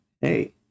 Hey